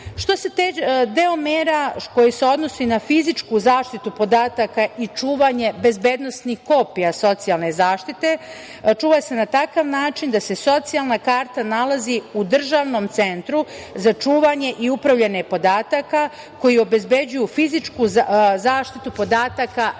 deo mera koji se odnosi na fizičku zaštitu podataka i čuvanje bezbednosnih kopija socijalne zaštite, čuva se na takav način da se socijalna karta nalazi u državnom centru za čuvanje i upravljanje podataka koji obezbeđuju fizičku zaštitu podataka najvišeg